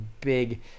big